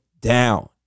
down